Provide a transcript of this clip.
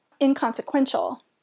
inconsequential